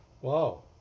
Wow